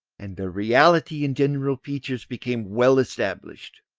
and their reality and general features became well established.